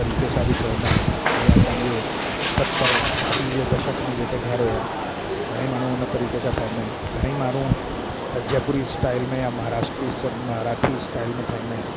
तरीक़े सां बि ठहंदा आहिनि जीअं असांजे सतरि असी जे दशक में जेके घर हुया घणेई माण्हूं उन तरीक़े सां ठाहींदा आहिनि घणेई माण्हूं जयपुरी स्टाईल में यां महाराष्ट्री स मराठी स्टाईल में ठाहींदा आहिनि